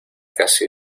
casi